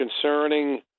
concerning